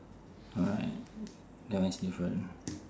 alright that one is different